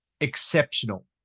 exceptional